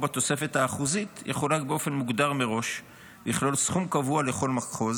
בתוספת האחוזית יחולק באופן מוגדר מראש ויכלול סכום קבוע לכל מחוז